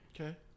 Okay